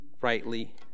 rightly